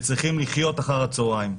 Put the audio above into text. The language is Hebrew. וצריכים לחיות אחר הצוהריים.